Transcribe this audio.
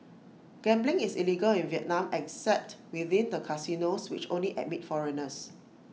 gambling is illegal in Vietnam except within the casinos which only admit foreigners